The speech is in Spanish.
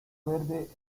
verde